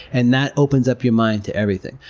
and that opens up your mind to everything.